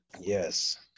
Yes